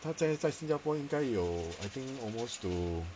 他在在新加坡应该有 I think almost to